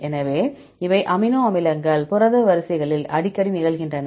எனவே இவை அமினோ அமிலங்கள் புரத வரிசைகளில் அடிக்கடி நிகழ்கின்றன